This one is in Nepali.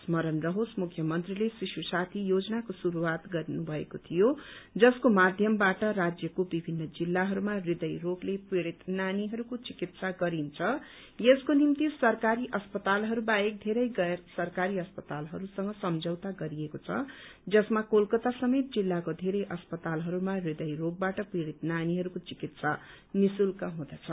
स्मरण रहोस मुख्यमन्त्रीले शिश्रु साथी योजनाको शुरूवात गरेको थियो जसको माध्यमवाट राज्यको विभिन्न जिल्लाहरूमा हृदय रोगले पीड़ित नानीहरूको चिकित्सा गरिन्छ यसको निम्ति सरकारी अस्पतालहरू बाहेक धेरै गैर सरकारी अस्पतालहरूसँग सम्झौता गरिएको छ जसमा कोलकता समेत जिल्लाको धेरै अस्पतालहरूमा हृदय रोगबाट पीड़ित नानीहरूको चिकित्सा निःशुल्क हुनेछ